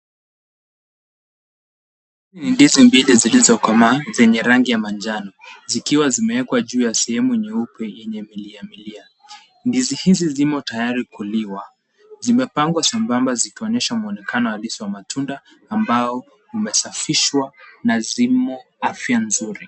Ndizi mbili zilizokomaa zenye rangi ya Manzano zikiwa zimewekwa juu sehemu nyeupe yenye miliamilia. Ndizi hizo zimo tayari kuliwa. Zimepangwa sambamba zikionesha mwonekano halisi wa matunda ambao umesafishwa na zimo afya nzuri.